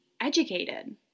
educated